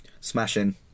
Smashing